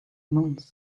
moons